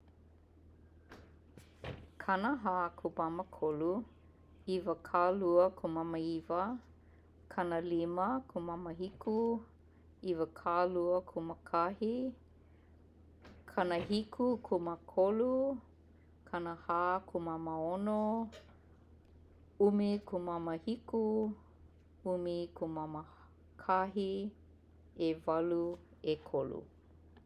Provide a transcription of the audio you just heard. kanahākūmāmākolu, 'iwakāluakūmāmāiwa, kanalimakūmāmāhiku, 'iwakāluakūmākahi, kanahikukūmākolu, kanahākūmāmāono, 'umikūmāmāhiku, 'umikūmāmākahi, 'ewalu, 'ekolu